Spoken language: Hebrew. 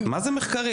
מה זה מחקרים?